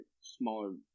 smaller